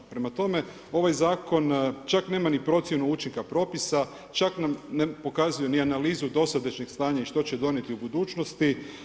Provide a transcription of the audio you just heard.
Prema tome, ovaj zakon čak nema ni procjenu učinka propisa, čak nam ne pokazuje ni analizi dosadašnjeg stanja i što će donijeti u budućnosti.